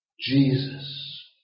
Jesus